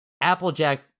Applejack